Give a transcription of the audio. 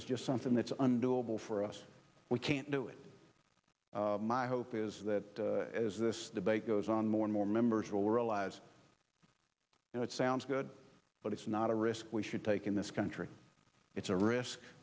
is just something that's undeniable for us we can't do it my hope is that as this debate goes on more and more members will realize you know it sounds good but not a risk we should take in this country it's a risk